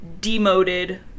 demoted